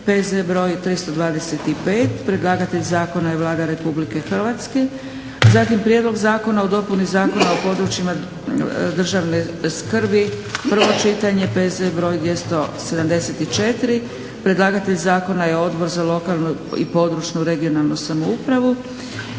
PZ br. 325, predlagatelj zakona je Vlada Republike Hrvatske. 7. Prijedlog zakona o dopuni Zakona o područjima posebne državne skrbi, prvo čitanje, PZ br. 274, predlagatelj Odbor za lokalnu i područnu (regionalnu) samoupravu